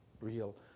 real